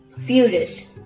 Furious